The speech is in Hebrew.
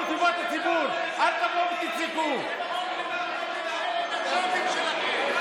לפני כמה דקות נפגשתי עם שלוש נשים מקסימות,